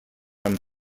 amb